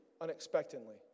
unexpectedly